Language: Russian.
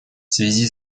связи